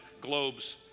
globes